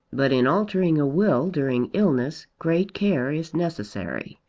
but in altering a will during illness great care is necessary.